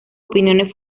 opiniones